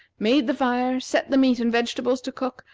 made the fire, set the meat and vegetables to cook,